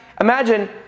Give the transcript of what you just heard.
imagine